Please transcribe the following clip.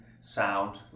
sound